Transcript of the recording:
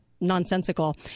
nonsensical